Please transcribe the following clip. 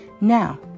Now